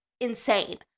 insane